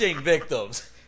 victims